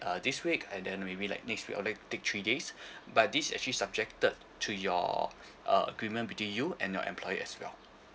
this week and then maybe like next week I would like take three days but this actually subjected to your uh agreement between you and your employer as well